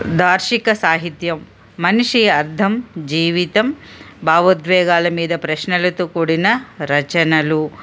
దార్షిక సాహిత్యం మనిషి అర్థం జీవితం భావోద్వేగాల మీద ప్రశ్నలతో కూడిన రచనలు